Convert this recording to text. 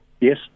Yes